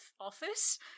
office